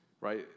Right